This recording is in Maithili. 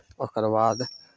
ओकर बाद